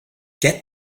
get